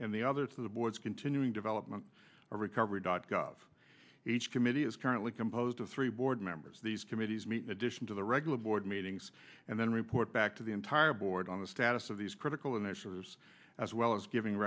and the other to the board's continuing development or recovery dot gov each committee is currently composed of three board members these committees meet in addition to the regular board meetings and then report back to the entire board on the status of these critical initiatives as well as giving